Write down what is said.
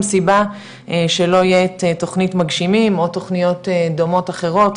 סיבה שלא יהיה תוכנית מגשימים או תוכניות דומות אחרות,